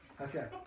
Okay